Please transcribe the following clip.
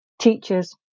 teachers